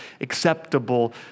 acceptable